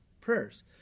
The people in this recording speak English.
prayers